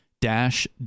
Dash